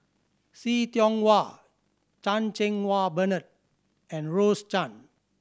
See Tiong Wah Chan Cheng Wah Bernard and Rose Chan